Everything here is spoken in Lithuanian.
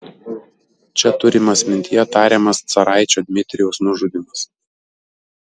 čia turimas mintyje tariamas caraičio dmitrijaus nužudymas